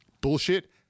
Bullshit